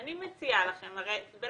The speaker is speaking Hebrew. אני מציעה לכם, הרי בלאו